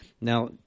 Now